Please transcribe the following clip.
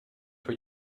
for